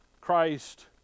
Christ